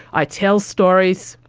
i'd tell stories,